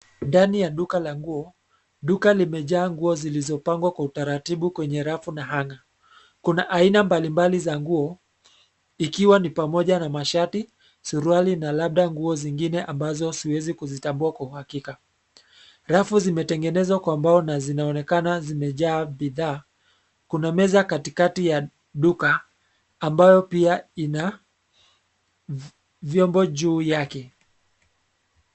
Ndani ya duka la nguo, duka limejaa nguo zilizopangwa kwa utaratibu kwenye rafu na hanger . Kuna aina mbali mbali za nguo, ikiwa ni pamoja na mashati, suruali na labda nguo zingine ambazo siwezi kuzitambua kwa uhakika. Rafu zimetengenezwa kwa mbao na zinaonekana zimejaa bidhaa. Kuna meza kati kati ya duka, ambayo pia ina vyombo juu yake.